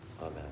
amen